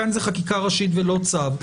כאן זה חקיקה ראשית ולא צו,